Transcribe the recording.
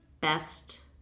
best